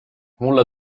mulle